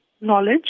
knowledge